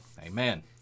Amen